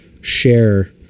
share